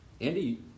Andy